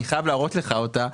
אני חייב להראות לך אותה.